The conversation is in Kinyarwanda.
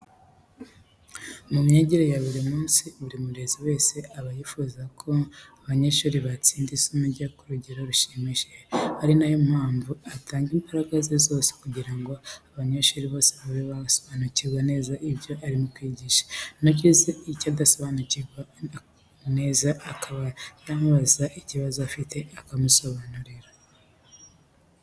Mu myigire ya buri munsi, buri murezi wese aba yifuza ko abanyeshuri batsinda isomo rye ku rugero rushimishije, ari na yo mpamvu atanga imbaraga ze zose kugira ngo abanyeshuri bose babe basobanukirwa neza ibyo arimo kwigisha, nugize icyo adasobanukiwe neza akaba yamubaza ikibazo afite akamusobanurira.